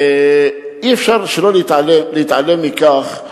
אי-אפשר להתעלם מכך: